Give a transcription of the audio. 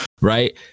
right